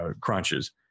crunches